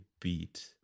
beat